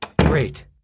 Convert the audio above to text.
Great